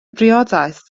briodas